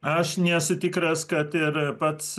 aš nesu tikras kad ir pats